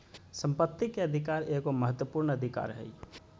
संपत्ति के अधिकार एगो महत्वपूर्ण अधिकार हइ